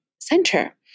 center